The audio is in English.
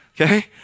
okay